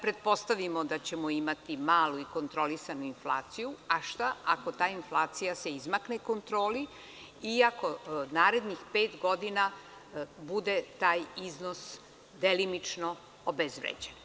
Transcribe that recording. Pretpostavimo da ćemo imati malu i kontrolisanu inflaciju, ali šta ako ta inflacija se izmakne kontroli i ako narednih pet godina bude taj iznos delimično obezvređen?